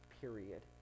period